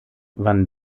wann